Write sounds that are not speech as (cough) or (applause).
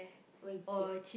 Wei-Jie (noise)